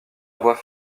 voie